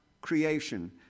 creation